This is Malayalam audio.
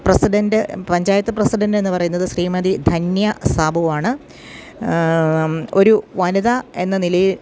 പ്രസിഡൻ്റ് പഞ്ചായത്ത് പ്രസിഡൻ്റ് എന്നു പറയുന്നത് ശ്രീമതി ധന്യ സാബുവാണ് ഒരു വനിത എന്ന നിലയിൽ